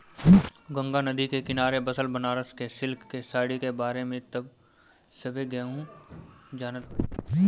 गंगा नदी के किनारे बसल बनारस के सिल्क के साड़ी के बारे में त सभे केहू जानत होई